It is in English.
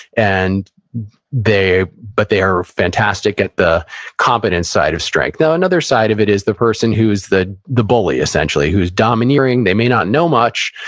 and but they are fantastic at the competence side of strength now, another side of it is the person who is the the bully, essentially. who's domineering. they may not know much,